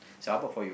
so how about for you